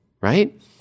right